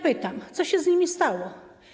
Pytam: Co się z nimi stało?